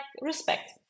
respect